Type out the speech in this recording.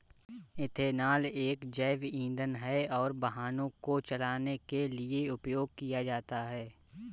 ethanol एक जैव ईंधन है और वाहनों को चलाने के लिए उपयोग किया जाता है